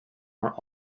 are